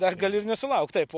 dar gali ir nesulaukt taip o